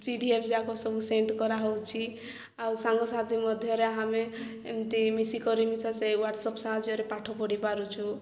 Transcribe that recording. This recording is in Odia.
ପି ଡ଼ି ଏଫ୍ ଯାକ ସବୁ ସେଣ୍ଡ କରାହଉଛି ଆଉ ସାଙ୍ଗସାଥି ମଧ୍ୟରେ ଆମେ ଏମିତି ମିଶିକରି ମିଶା ସେ ହ୍ୱାଟସ୍ଆପ୍ ସାହାଯ୍ୟରେ ପାଠ ପଢ଼ି ପାରୁଛୁ